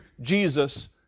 Jesus